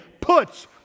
puts